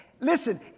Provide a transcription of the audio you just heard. Listen